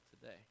today